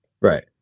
Right